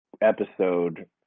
episode